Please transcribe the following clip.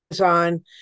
on